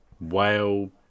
whale